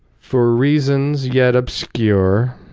for reasons yet obscure,